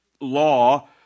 law